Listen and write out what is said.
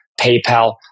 PayPal